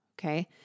okay